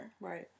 Right